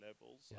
levels